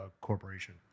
corporation